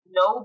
no